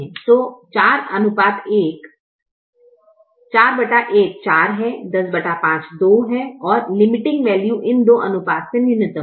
तो 41 4 है 105 2 है और लिमीटिंग वैल्यू इन दो अनुपात से न्यूनतम है